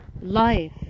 life